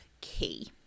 key